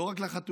לא רק לחתולים.